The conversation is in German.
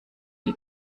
die